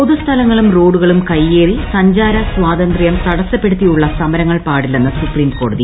പൊതുസ്ഥലങ്ങളും റോഡുകളും കൈയേറി സഞ്ചാര സ്വാതന്ത്രൃം തടസ്സപ്പെടുത്തിയുള്ള സമരങ്ങൾ പാടില്ലെന്ന് സുപ്രീം കോടതി